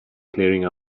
clearing